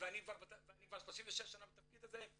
ואני כבר 36 שנה בתפקיד הזה,